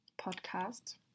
podcast